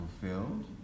fulfilled